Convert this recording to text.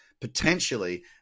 Potentially